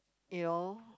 you know